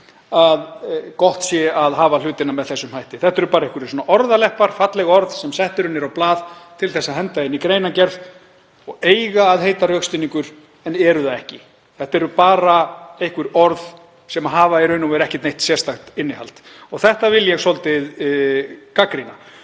að gott sé að hafa hlutina með þessum hætti. Þetta eru bara einhverjir orðaleppar, falleg orð sem sett eru niður á blað til þess að henda inn í greinargerð og eiga að heita rökstuðningur en eru það ekki. Þetta eru bara einhver orð sem hafa í raun og veru ekki neitt sérstakt innihald. Þetta vil ég gagnrýna.